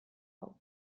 hau